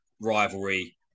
rivalry